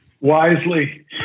Wisely